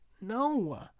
no